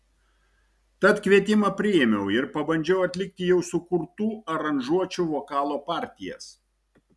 tad kvietimą priėmiau ir pabandžiau atlikti jau sukurtų aranžuočių vokalo partijas